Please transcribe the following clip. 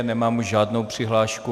Nemám žádnou přihlášku.